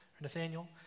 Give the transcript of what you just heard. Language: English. Nathaniel